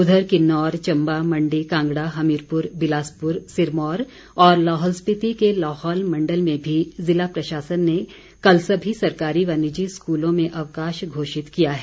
उधर किन्नौर चम्बा मण्डी कांगड़ा हमीरपुर बिलासपुर और सिरमौर और लाहौल स्पीति के लाहौल मण्डल में भी ज़िला प्रशासन ने कल सभी सरकारी व निजी स्कूलों में अवकाश घोषित किया है